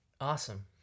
Awesome